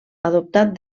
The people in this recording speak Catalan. adoptat